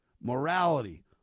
morality